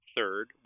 Third